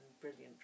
brilliant